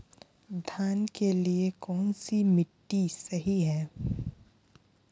धान के लिए कौन सी मिट्टी सही है?